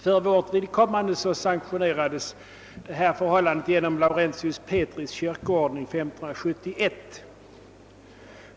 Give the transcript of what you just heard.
För vårt vidkommande sanktionerades detta förhållande genom Laurentius Petris kyrkoordning 1571.